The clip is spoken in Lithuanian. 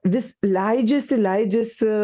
vis leidžiasi leidžiasi